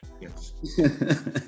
Yes